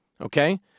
Okay